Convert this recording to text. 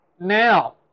Now